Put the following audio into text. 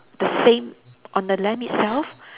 the same on the lamp itself